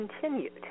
continued